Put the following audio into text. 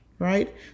right